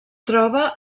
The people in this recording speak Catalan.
troba